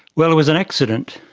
well, it was an accident.